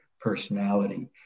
personality